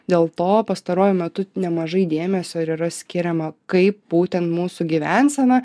dėl to pastaruoju metu nemažai dėmesio ir yra skiriama kaip būtent mūsų gyvensena